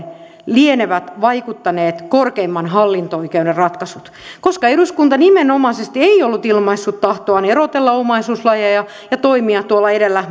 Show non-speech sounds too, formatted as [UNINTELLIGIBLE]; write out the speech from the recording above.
lienevät vaikuttaneet korkeimman hallinto oikeuden ratkaisut koska eduskunta nimenomaisesti ei ollut ilmaissut tahtoaan erotella omaisuuslajeja ja toimia tuolla edellä [UNINTELLIGIBLE]